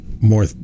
more